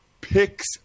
picks